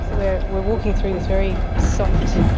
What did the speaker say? so we're we're walking through this very soft,